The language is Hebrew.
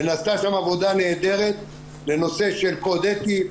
ונעשתה שם עבודה נהדרת בנושא של קוד אתי,